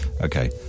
Okay